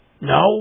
No